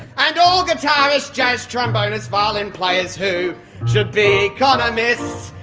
and all guitarists, jazz trombonists, violin players who should be economists,